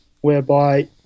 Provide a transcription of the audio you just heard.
whereby